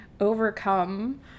overcome